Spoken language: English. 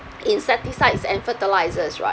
insecticides and fertilizers right